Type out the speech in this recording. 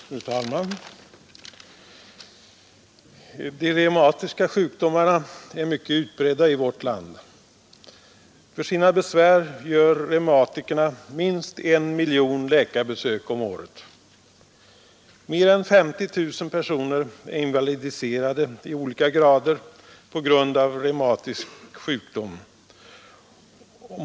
Fru talman! De reumatiska sjukdomarna är mycket utbredda i vårt land. För sina besvär gör reumatikerna minst en miljon läkarbesök om året. Mer än 50 000 personer är invalidiserade i olika grader på grund av reumatisk sjukdom.